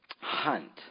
Hunt